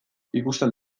ikusten